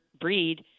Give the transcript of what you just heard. Breed